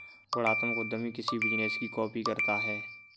गुणात्मक उद्यमी किसी बिजनेस की कॉपी करता है